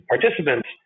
participants